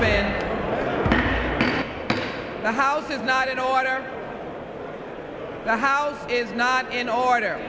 the house is not in order that house is not in order